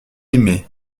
aimés